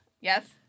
Yes